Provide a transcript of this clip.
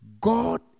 God